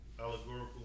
Allegorical